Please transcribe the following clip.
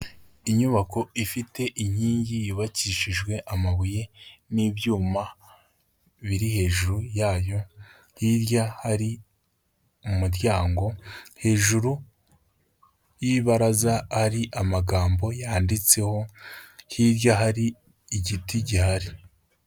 Inyubako ifite inkingi yubakishijwe amabuye n'ibyuma biri hejuru yayo, hirya hari umuryango, hejuru y'ibaraza hari amagambo yanditseho, hirya hari igiti gihari.